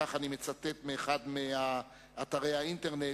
כך אני מצטט מאחד מאתרי האינטרנט,